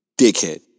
dickhead